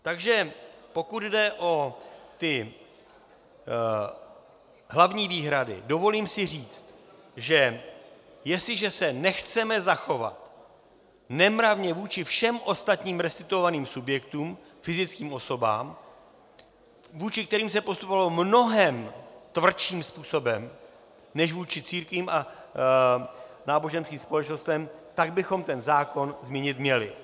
Takže pokud jde o ty hlavní výhrady, dovolím si říct, že jestliže se nechceme zachovat nemravně vůči všem ostatním restituovaným subjektům, fyzickým osobám, vůči kterým se postupovalo mnohem tvrdším způsobem než vůči církvím a náboženským společnostem, tak bychom ten zákon změnit měli.